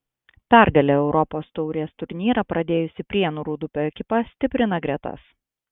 pergale europos taurės turnyrą pradėjusi prienų rūdupio ekipa stiprina gretas